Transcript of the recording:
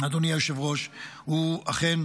אדוני היושב-ראש, הוא אכן